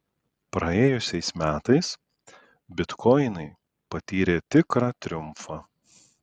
praėjusiais metais bitkoinai patyrė tikrą triumfą